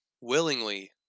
willingly